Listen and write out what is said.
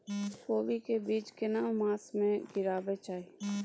कोबी के बीज केना मास में गीरावक चाही?